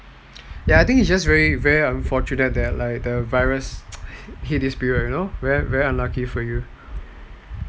ya I think it's just very unfortunate that the virus hit this period hor just very unlucky for you